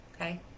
okay